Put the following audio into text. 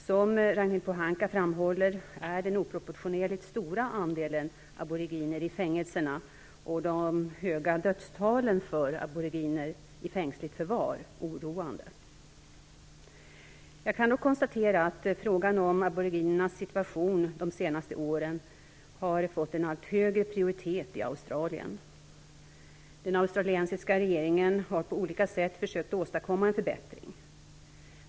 Som Ragnhild Pohanka framhåller är den oproportionerligt stora andelen aboriginer i fängelserna och de höga dödstalen för aboriginer i fängsligt förvar oroande. Jag kan dock konstatera att frågan om aboriginernas situation de senaste åren har fått en allt högre prioritet i Australien. Den australiensiska regeringen har på olika sätt försökt åstadkomma en förbättring.